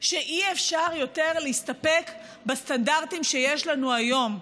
שאי-אפשר יותר להסתפק בסטנדרטים שיש לנו היום,